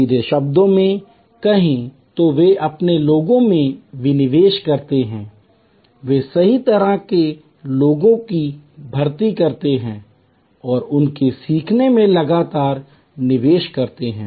सीधे शब्दों में कहें तो वे अपने लोगों में निवेश करते हैं वे सही तरह के लोगों की भर्ती करते हैं और उनके सीखने में लगातार निवेश करते हैं